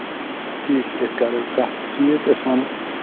ٹھیٖک چھُ أسۍ کَرو کَتھ سُہ یِیہِ تہٕ أسۍ وَنہو